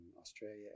Australia